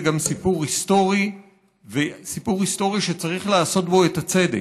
זה גם סיפור היסטורי שצריך לעשות בו את הצדק.